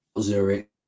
Zurich